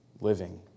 living